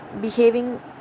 behaving